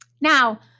Now